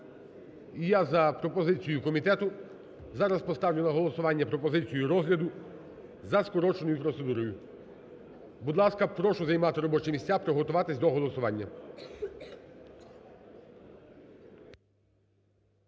я за пропозицією комітету зараз поставлю на голосування пропозицію розгляду за скороченою процедурою. Будь ласка, прошу займати робочі місця і приготуватись до голосування.